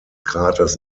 kraters